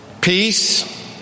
Peace